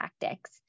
tactics